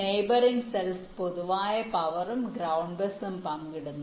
neighbouring cells പൊതുവായ പവറും ground ബസും പങ്കിടുന്നു